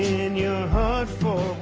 in your heart